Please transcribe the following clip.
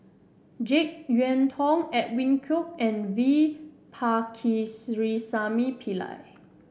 JeK Yeun Thong Edwin Koek and V Pillai